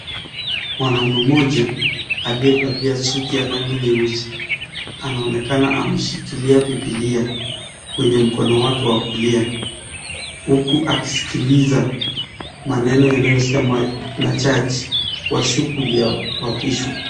Mwanaume moja aliye valia suti ya rangi nyeusi anaonekana ameshikilia bibilia kwenye mkono wake wa kulia uku akisikiliza maneno yanayosemwa na(cs) judge kwa shughuli ya kuapishwa.